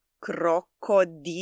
crocodile